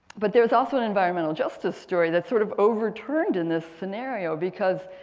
but there's also an environmental justice story that sort of overturned in this scenario because.